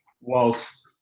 whilst